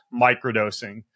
microdosing